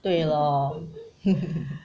对 lor